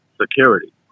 security